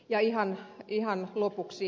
ja ihan lopuksi